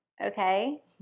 Okay